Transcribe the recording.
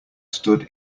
stood